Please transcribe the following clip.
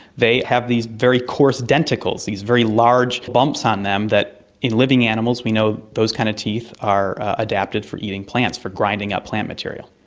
they have these very coarse denticles, these very large bumps on them that in living animals we know those kind of teeth are adapted for eating plants, for grinding up plant material.